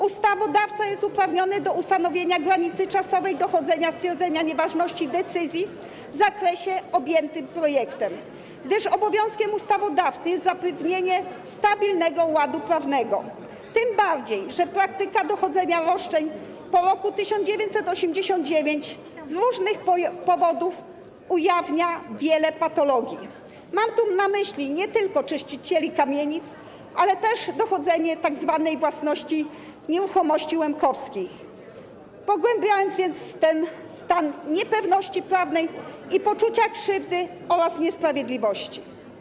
Ustawodawca jest uprawniony do ustanowienia granicy czasowej dochodzenia stwierdzenia nieważności decyzji w zakresie objętym projektem, gdyż obowiązkiem ustawodawcy jest zapewnienie stabilnego ładu prawnego, tym bardziej że praktyka dochodzenia roszczeń po roku 1989 z różnych powodów ujawnia wiele patologii - mam tu na myśli nie tylko czyścicieli kamienic, ale też dochodzenie tzw. własności nieruchomości łemkowskich - pogłębiając ten stan niepewności prawnej i poczucia krzywdy oraz niesprawiedliwości.